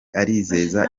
arizeza